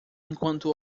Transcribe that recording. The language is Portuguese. enquanto